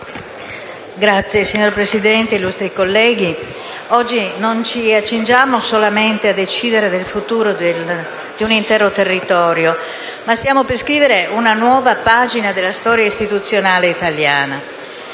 *(PD)*. Signor Presidente, illustri colleghi, oggi non ci accingiamo solamente a decidere del futuro di un intero territorio, ma stiamo per scrivere una nuova pagina della storia istituzionale italiana.